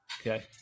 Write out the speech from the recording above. Okay